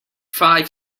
five